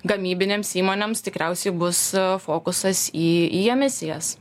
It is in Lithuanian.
gamybinėms įmonėms tikriausiai bus fokusas į į emisijas